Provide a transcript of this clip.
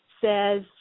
says